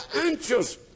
anxious